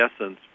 essence